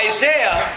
Isaiah